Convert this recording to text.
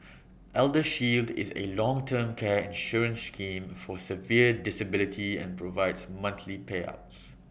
eldershield is A long term care insurance scheme for severe disability and provides monthly payouts